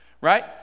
right